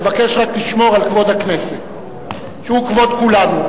אבקש רק לשמור על כבוד הכנסת, שהוא כבוד כולנו.